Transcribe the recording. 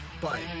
bye